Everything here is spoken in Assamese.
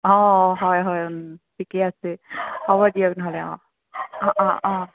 অ হয় হয় ও ঠিকে আছে হ'ব দিয়ক নহ'লে অ অ অ অ